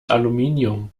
aluminium